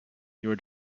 your